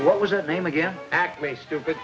what was that name again acme stupid